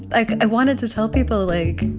like i wanted to tell people, like,